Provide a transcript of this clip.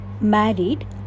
married